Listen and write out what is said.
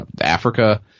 Africa